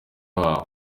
wawe